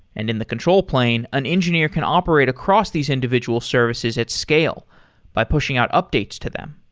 and in the control plane, an engineer can operate across these individual services at scale by pushing out updates to them.